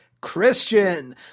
christian